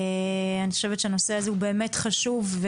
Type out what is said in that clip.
הנושא הזה הוא באמת חשוב,